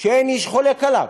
שאין איש חולק עליו.